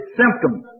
symptoms